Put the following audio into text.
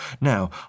Now